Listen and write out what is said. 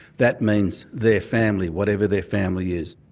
that means their family, whatever their family is.